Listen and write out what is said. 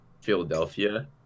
Philadelphia